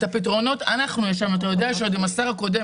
את הפתרונות אנחנו אתה יודע שעוד עם השר הקודם,